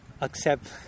accept